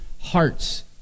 hearts